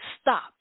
stop